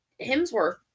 Hemsworth